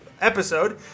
episode